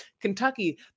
Kentucky